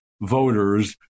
voters